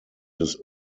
des